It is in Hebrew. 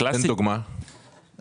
תן דוגמה לחברה.